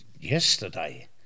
yesterday